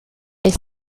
est